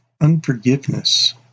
Unforgiveness